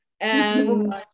And-